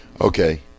Okay